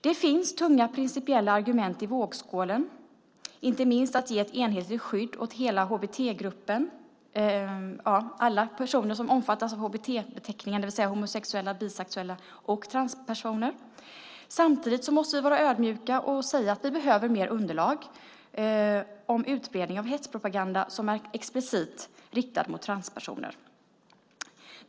Det finns tunga principiella argument i vågskålen, inte minst att ge ett enhetligt skydd åt alla personer som omfattas av HBT-beteckningen, det vill säga homosexuella, bisexuella och transpersoner. Samtidigt måste vi vara ödmjuka och säga att vi behöver mer underlag om utbredningen av hetspropaganda som är explicit riktad mot transpersoner.